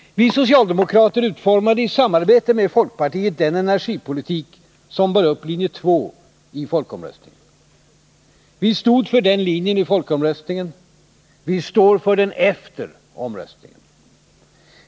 Vi socialdemokrater utformade i samarbete med folkpartiet den energipolitik som bar upp linje 2 i folkomröstningen. Vi stod för den linjen i folkomröstningen, vi står för den efter omröstningen.